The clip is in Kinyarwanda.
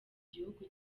gihugu